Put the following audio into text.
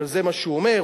אבל זה מה שהוא אומר,